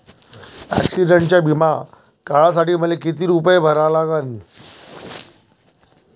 ॲक्सिडंटचा बिमा काढा साठी मले किती रूपे भरा लागन?